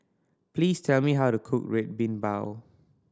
please tell me how to cook Red Bean Bao